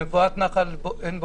מבואת נחל עין בוקק,